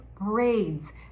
braids